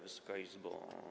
Wysoka Izbo!